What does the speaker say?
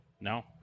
No